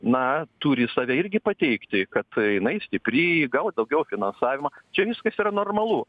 na turi save irgi pateikti kad jinai stipri gaus daugiau finansavimo čia viskas yra normalu